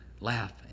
laugh